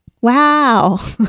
Wow